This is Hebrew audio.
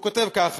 הוא כותב ככה,